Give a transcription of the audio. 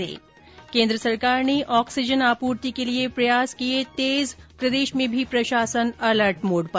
् केन्द्र सरकार ने ऑक्सीजन आपूर्ति के लिए प्रयास किये तेज प्रदेश में भी प्रशासन अलर्ट मोड पर